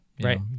Right